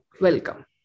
welcome